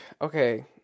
okay